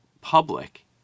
public